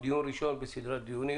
דיון ראשון בסדרת דיונים,